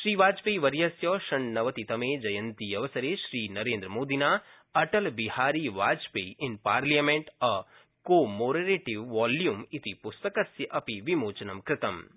श्रीवाजपेयीवर्यस्य षण्णवतितमे जयन्ती अवसरे श्रीनरेन्द्रमोदिना Atal Bihari Vajpayee in parliament a commemorative volume इति पुस्तकस्य अपि विमोचनं कृतमु